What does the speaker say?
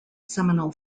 seminal